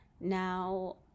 now